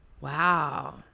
Wow